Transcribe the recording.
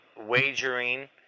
wagering